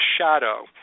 shadow